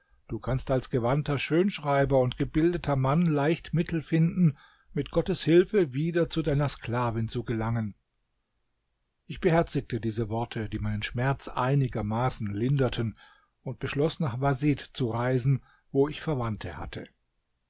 du kannst als gewandter schönschreiber und gebildeter mann leicht mittel finden mit gottes hilfe wieder zu deiner sklavin zu gelangen ich beherzigte diese worte die meinen schmerz einigermaßen linderten und beschloß nach wasit zu reisen wo ich verwandte hatte